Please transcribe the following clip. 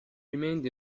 remained